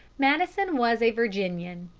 madison was a virginian.